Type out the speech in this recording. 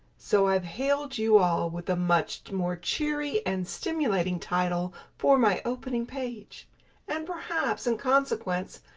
so i've hailed you all with a much more cheery and stimulating title for my opening page and perhaps, in consequence,